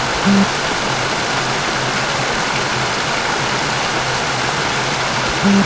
मुझे छात्रवृत्ति के लिए आवेदन करना है क्या मुझे इसका आवेदन फॉर्म मिल सकता है?